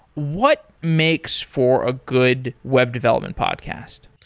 what makes for a good web development podcast?